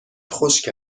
خشک